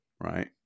Right